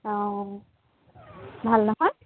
অ ভাল নহয়